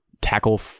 tackle